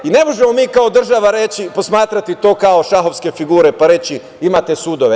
Ne možemo mi kao država posmatrati to kao šahovske figure, pa reći imate sudove.